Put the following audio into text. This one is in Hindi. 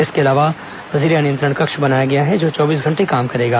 इसके अलावा जिला नियंत्रण कक्ष बनाया गया है जो चौबीस घंटे काम करेगा